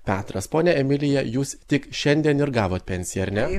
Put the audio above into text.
petras ponia emilija jūs tik šiandien ir gavot pensiją ar ne